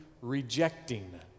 rejecting